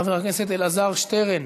חבר הכנסת אלעזר שטרן,